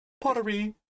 Pottery